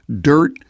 dirt